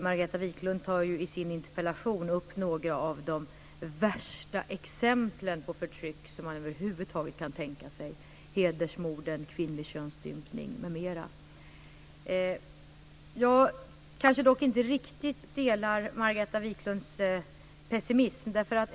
Margareta Viklund tar i sin interpellation upp några av de värsta exemplen på förtryck som man över huvud taget kan tänka sig, hedersmorden, kvinnlig könsstympning m.m. Jag kanske dock inte riktigt delar Margareta Viklunds pessimism.